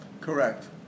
Correct